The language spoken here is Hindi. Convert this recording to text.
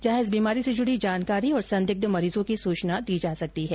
जहां इस बीमारी से जुड़ी जानकारी और संदिग्ध मरीजों की सूचना दी जा सकती है